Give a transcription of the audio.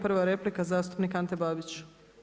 Prva replika zastupnik Ante Babić.